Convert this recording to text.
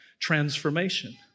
transformation